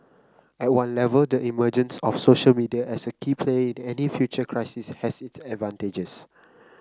at one level the emergence of social media as a key player in any future crisis has its advantages